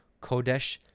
Kodesh